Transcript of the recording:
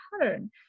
pattern